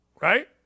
right